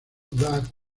that